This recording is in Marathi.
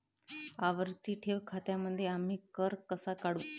आवर्ती ठेव खात्यांमध्ये आम्ही कर कसा काढू?